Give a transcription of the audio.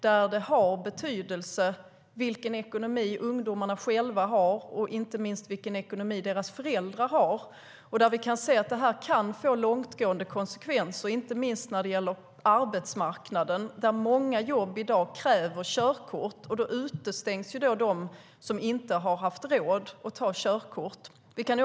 Det har betydelse vilken ekonomi ungdomarna har och inte minst vilken ekonomi deras föräldrar har. Det kan få långtgående konsekvenser, inte minst när det gäller arbetsmarknaden där många jobb kräver körkort. De som inte har haft råd att ta körkort utestängs.